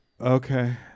Okay